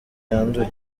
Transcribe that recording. yanduye